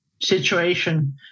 situation